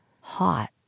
hot